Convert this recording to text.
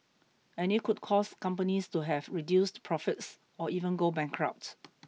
and it could cause companies to have reduced profits or even go bankrupt